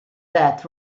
that